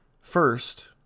First